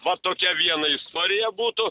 va tokia viena istorija būtų